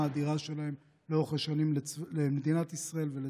האדירה שלהם לאורך השנים למדינת ישראל ולצה"ל.